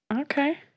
Okay